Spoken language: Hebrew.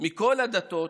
מכל הדתות,